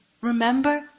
remember